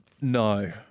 No